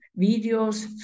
videos